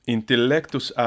Intellectus